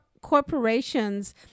corporations